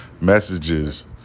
messages